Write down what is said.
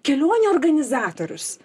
kelionių organizatorius